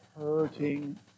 hurting